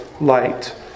light